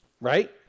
Right